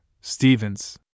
Stevens